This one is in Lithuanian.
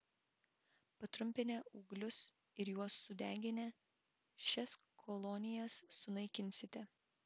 patrumpinę ūglius ir juos sudeginę šias kolonijas sunaikinsite